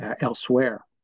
elsewhere